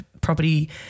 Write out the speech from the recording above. property